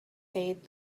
said